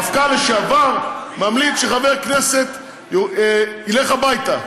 מפכ"ל לשעבר ממליץ שחבר כנסת ילך הביתה.